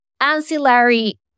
ancillary